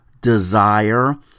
desire